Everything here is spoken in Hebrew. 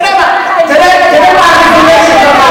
תראה מה הרזומה שלך,